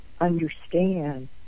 understand